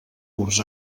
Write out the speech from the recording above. curs